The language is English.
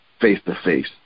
face-to-face